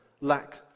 lack